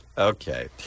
Okay